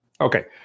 Okay